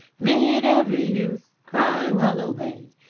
made every youth cry well-a-way!